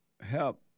help